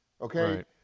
Okay